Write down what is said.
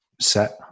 set